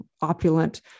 opulent